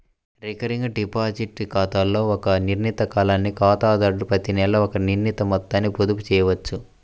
recurring deposit ఖాతాలో ఒక నిర్ణీత కాలానికి ఖాతాదారుడు ప్రతినెలా ఒక నిర్ణీత మొత్తాన్ని పొదుపు చేయవచ్చు